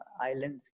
island